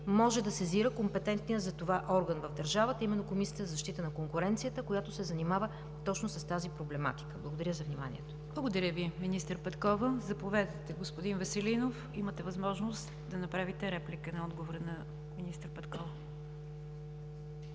може да сезира компетентния за това орган в държавата, а именно Комисията за защита на конкуренцията, която се занимава точно с тази проблематика. Благодаря за вниманието. ПРЕДСЕДАТЕЛ НИГЯР ДЖАФЕР: Благодаря Ви, министър Петкова. Заповядайте, господин Веселинов, имате възможност да направите реплика на отговора на министър Петкова.